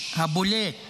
הבולט